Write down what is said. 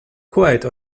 quite